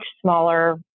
smaller